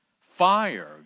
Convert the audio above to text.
Fire